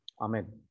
amen